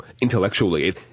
intellectually